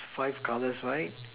five colour rights